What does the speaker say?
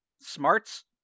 smarts